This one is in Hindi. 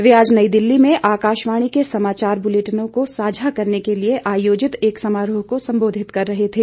वे आज नई दिल्ली में आकाशवाणी के समाचार बुलेटिनों को साझा करने के लिए आयोजित एक समारोह को संबोधित कर रहे थे